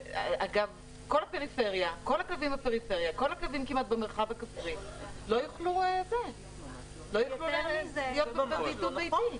כל הכלבים בפריפריה ובמרחב הכפרי לא יוכלו להיות בבידוד ביתי.